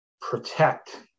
protect